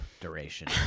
duration